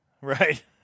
Right